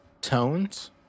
tones